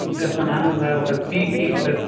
گَژھان اَہَن حظ آ سَر تی تی سَر